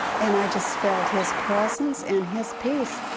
and i just felt his presence and his peace.